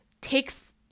takes